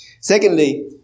Secondly